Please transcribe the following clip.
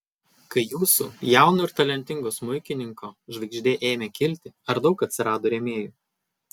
kai jūsų jauno ir talentingo smuikininko žvaigždė ėmė kilti ar daug atsirado rėmėjų